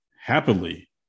happily